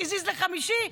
הזיז לחמישי,